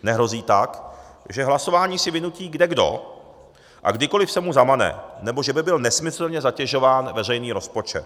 Nehrozí tak, že hlasování si vynutí kdekdo a kdykoliv se mu zamane nebo že by byl nesmyslně zatěžován veřejný rozpočet.